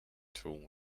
tool